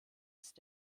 ist